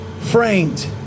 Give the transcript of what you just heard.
framed